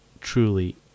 truly